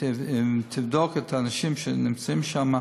תבדוק את האנשים שנמצאים שם,